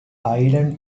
island